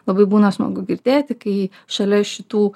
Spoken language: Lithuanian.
labai būna smagu girdėti kai šalia šitų